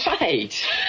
right